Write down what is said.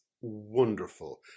wonderful